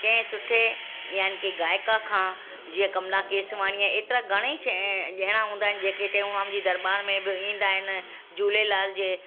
कंहिं सुठे या कंहिं गायक खां जीअं कमला केसवाणीअ एतिरा ई घणा ई शइ अ ॼणा हूंदा आहिनि जेके टेऊराम जी दरबार में बि ईंदा आहिनि झूलेलाल जे